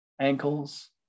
ankles